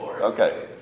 Okay